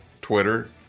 Twitter